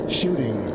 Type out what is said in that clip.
shooting